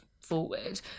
forward